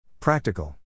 Practical